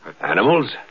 Animals